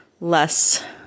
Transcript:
less